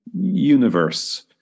universe